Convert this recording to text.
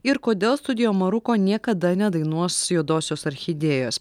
ir kodėl studijo maruko niekada nedainuos juodosios orchidėjos